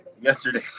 Yesterday